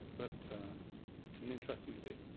but it's an interesting debate.